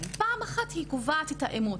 שפעם אחת היא קובעת את אמות המידה.